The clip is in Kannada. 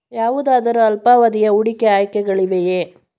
ಯಾವುದಾದರು ಅಲ್ಪಾವಧಿಯ ಹೂಡಿಕೆ ಆಯ್ಕೆಗಳಿವೆಯೇ?